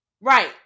Right